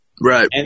Right